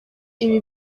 ibi